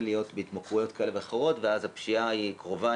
להיות בהתמכרויות כאלה ואחרות ואז הפשיעה קרובה,